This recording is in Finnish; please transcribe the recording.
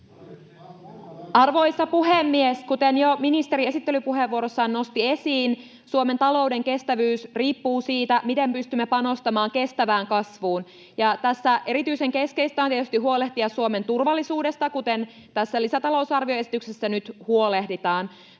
Arvoisa puhemies! Kuten jo ministeri esittelypuheenvuorossaan nosti esiin, Suomen talouden kestävyys riippuu siitä, miten pystymme panostamaan kestävään kasvuun. Tässä erityisen keskeistä on tietysti huolehtia Suomen turvallisuudesta, kuten tässä lisätalousarvioesityksessä nyt huolehditaan.